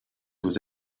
was